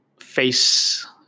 face